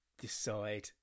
decide